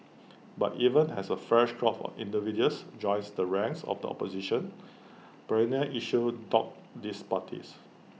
but even as A fresh crop of individuals joins the ranks of the opposition perennial issues dog these parties